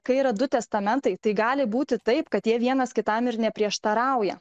kai yra du testamentai tai gali būti taip kad jie vienas kitam ir neprieštarauja